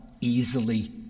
easily